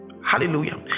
Hallelujah